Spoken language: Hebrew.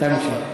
תמשיך.